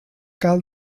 cal